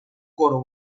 coro